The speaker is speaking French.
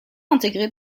intégrés